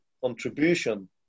contribution